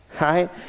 right